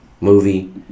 movie